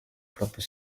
proprio